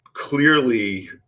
clearly